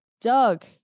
doug